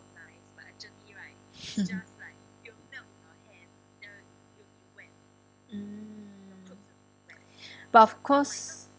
mm but of course